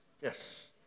Yes